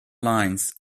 lines